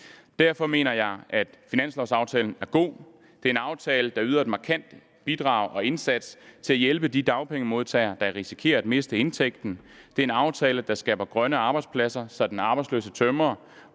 Derfor mener jeg, at finanslovaftalen er god. Det er en aftale, der yder et markant bidrag og en markant indsats til at hjælpe de dagpengemodtagere, der risikerer at miste indtægten. Det er en aftale, der skaber grønne arbejdspladser, så den arbejdsløse tømrer